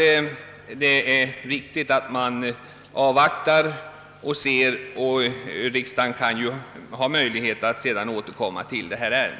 Riksdagen har ju sedan möjlighet att återkomma till ärendet.